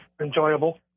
enjoyable